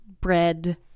bread